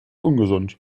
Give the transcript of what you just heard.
ungesund